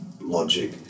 logic